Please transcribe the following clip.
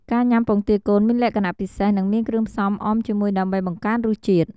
ការញ៉ាំពងទាកូនមានលក្ខណៈពិសេស និងមានគ្រឿងផ្សំអមជាមួយដើម្បីបង្កើនរសជាតិ។